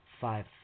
five